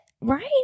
right